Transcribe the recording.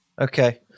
Okay